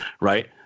Right